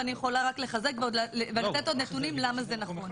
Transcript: ואני יכולה רק לחזק ולתת עוד נתונים למה זה נכון.